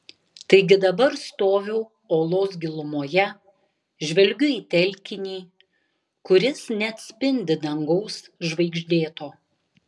taigi dabar stoviu olos gilumoje žvelgiu į telkinį kuris neatspindi dangaus žvaigždėto